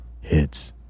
hits